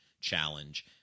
challenge